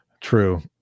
True